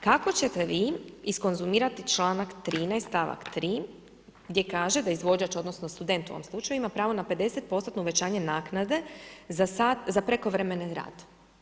Kako ćete vi iskonzumirati članak 13. stavak 3. gdje kaže da izvođač odnosno student u ovom slučaju ima pravo na 50%-tno uvećanje naknade za sat za prekovremeni rad?